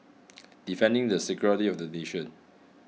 defending the security of the nation